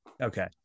Okay